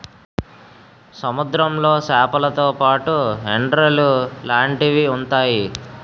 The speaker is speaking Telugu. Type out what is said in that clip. సముద్రంలో సేపలతో పాటు ఎండ్రలు లాంటివి ఉంతాయి